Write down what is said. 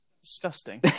disgusting